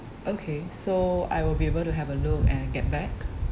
okay so I will be able to have a look and get back